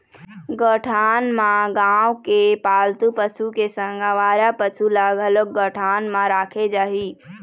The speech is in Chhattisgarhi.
गौठान म गाँव के पालतू पशु के संग अवारा पसु ल घलोक गौठान म राखे जाही